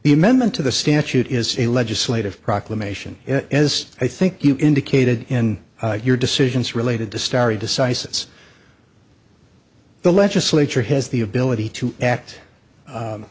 the amendment to the statute is a legislative proclamation as i think you indicated in your decisions related to starry decisis the legislature has the ability to act